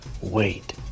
Wait